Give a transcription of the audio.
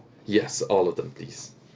yes all of them please